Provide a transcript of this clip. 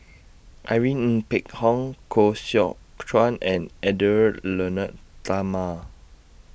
Irene Ng Phek Hoong Koh Seow Chuan and Edwy Lyonet Talma